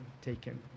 taken